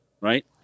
Right